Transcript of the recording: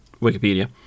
Wikipedia